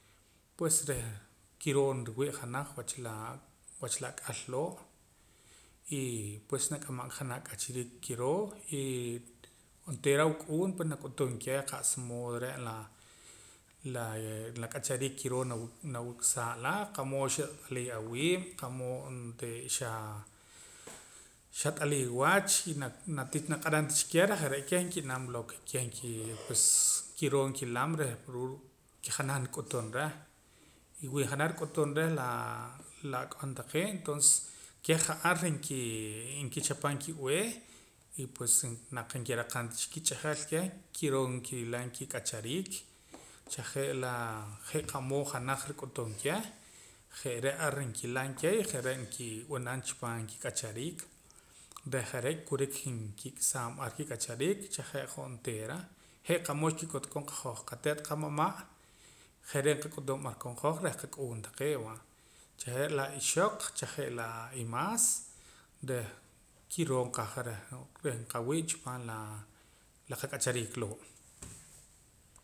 Pues reh kiroo nriwii' janaj wach laa wach la ak'al loo' y pues nak'amam ka janaj ak'achariik kiroo y onteera awuk'uun pue nak'utum keh qa'sa mood re' la laa ak'achariik kiroo nawik'saa la qa'mood xawat'aliim awiib' qa'mood ontee xaa xat'aliim wach y natih ka naq'aram tii cha keh reh ja're' keh mki'nam ke keh pues kiroo nkilam reh ruu' ke janan rik'utum reh y wi janaj rik'utum reh laa la ak'on taqee' tonces keh ja'ar nkii kichapam kib'ee y pues naq nkiraqam tii cha kich'ajal keh kiroo nkilam kik'achariik cha je' laa je' qa'mood janaj rik'utum keh je're' ar nkilam keh y je're' nki'b'anam pan kik'achariik reh je're' kurik kik'saam ar kik'achariik jache' hoj onteera je' qa'mood xkik'ut koon qahoj qatet' qamama' je're' nqak'utum ar koon reh qak'uun taqee' va chaje' la ixoq chaje' la imaas reh kiroo nqaja reh nqawii' chipaam laa la qak'achariik loo'